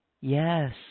Yes